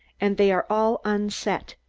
and they are all unset.